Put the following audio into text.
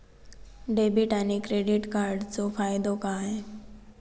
Debit आणि credit कार्डचो फायदो काय?